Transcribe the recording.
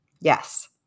Yes